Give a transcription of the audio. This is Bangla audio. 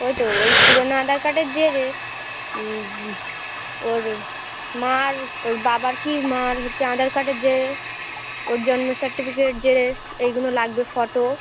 ওই তো ওই পুরোনো আধার কার্ডের জেরক্স ওর মার ওর বাবার কী মার হচ্ছে আধার কার্ডের যে ওর জন্মের সার্টিফিকেট জেরক্স এইগুলো লাগবে ফটো